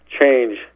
change